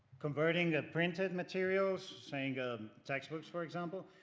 converting the printed materials, saying ah textbooks, for example,